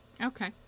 okay